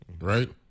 right